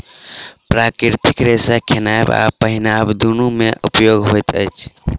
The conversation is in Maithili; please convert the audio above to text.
प्राकृतिक रेशा खेनाय आ पहिरनाय दुनू मे उपयोग होइत अछि